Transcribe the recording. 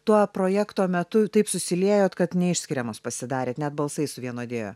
tuo projekto metu taip susiliejot kad neišskiriamos pasidarėt net balsai suvienodėjo